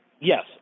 yes